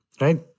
right